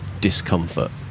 discomfort